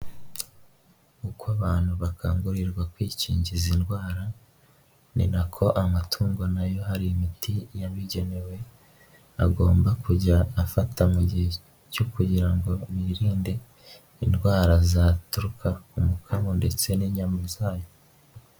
Uko abantu bakangurirwa kwikingiza indwara, ni nako amatungo nayo hari imiti yabigenewe agomba kujya afata mu gihe cyo kugira ngo birinde indwara zaturuka ku mukamo ndetse n'inyama zayo.